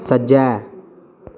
सज्जै